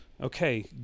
okay